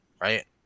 right